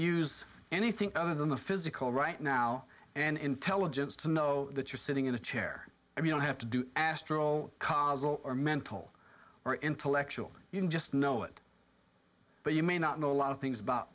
use anything other than the physical right now and intelligence to know that you're sitting in a chair if you don't have to do astral cause or mental or intellectual you can just know it but you may not know a lot of things about